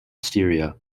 styria